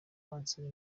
bansaba